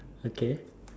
okay